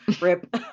rip